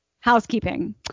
Housekeeping